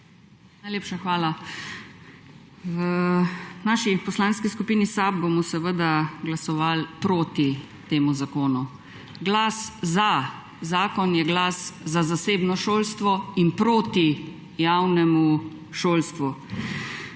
Najlepša hvala. V Poslanski skupini SAB bomo seveda glasovali proti temu zakonu. Glas za zakon je glas za zasebno šolstvo in proti javnemu šolstvu.